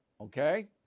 okay